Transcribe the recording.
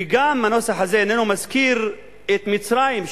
והנוסח הזה גם איננו מזכיר את מצרים,